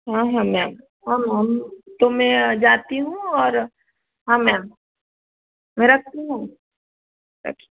हाँ हाँ मैम और मैम तो मैं जाती हूँ और हाँ मैम मैं रखती हूँ अच्छा